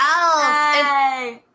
else